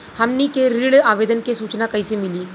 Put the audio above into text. हमनी के ऋण आवेदन के सूचना कैसे मिली?